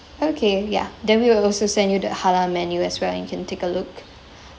okay ya then we will also send you the halal menu as well you can take a look